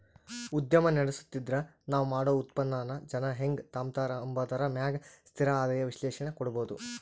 ಉದ್ಯಮ ನಡುಸ್ತಿದ್ರ ನಾವ್ ಮಾಡೋ ಉತ್ಪನ್ನಾನ ಜನ ಹೆಂಗ್ ತಾಂಬತಾರ ಅಂಬಾದರ ಮ್ಯಾಗ ಸ್ಥಿರ ಆದಾಯ ವಿಶ್ಲೇಷಣೆ ಕೊಡ್ಬೋದು